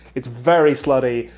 it's very slutty,